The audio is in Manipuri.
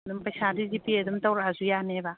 ꯑꯗꯨꯝ ꯄꯩꯁꯥꯗꯤ ꯖꯤꯄꯦ ꯑꯗꯨꯝ ꯇꯧꯔꯛꯑꯁꯨ ꯌꯥꯅꯦꯕ